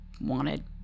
wanted